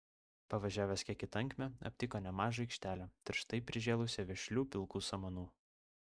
pavažiavęs kiek į tankmę aptiko nemažą aikštelę tirštai prižėlusią vešlių pilkų samanų